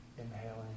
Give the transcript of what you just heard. Inhaling